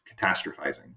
catastrophizing